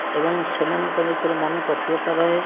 ଏବଂ ସେମାନଙ୍କ ଭିତରେ ମନ ପ୍ରଫୁଲ୍ଲତା ରହେ